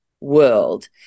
world